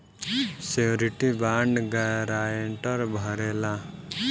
surety bond guarantor भरेला